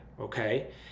okay